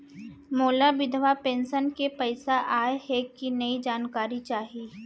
मोला विधवा पेंशन के पइसा आय हे कि नई जानकारी चाही?